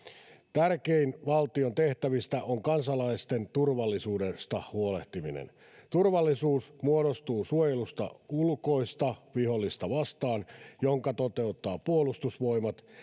tärkein valtion tehtävistä on kansalaisten turvallisuudesta huolehtiminen turvallisuus muodostuu suojelusta ulkoista vihollista vastaan jonka toteuttaa puolustusvoimat